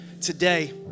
today